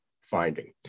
finding